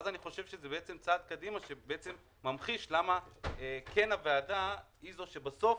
כאן אני חושב שזה בעצם צעד שממחיש למה הוועדה היא זאת שבסוף